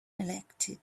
elected